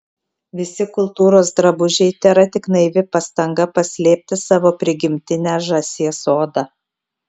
visi kultūros drabužiai tėra tik naivi pastanga paslėpti savo prigimtinę žąsies odą